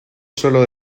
solo